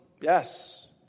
Yes